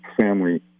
family